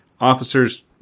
officers